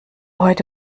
heute